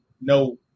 no